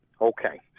Okay